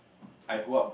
I go up